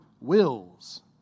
wills